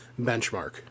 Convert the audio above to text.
Benchmark